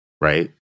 right